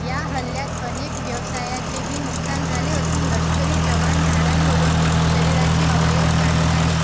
या हल्ल्यात अनेक व्यवसायाचेही नुकसान झाले असून लष्करी जवान झाडांवरून शरीराचे अवयव काढत आहेत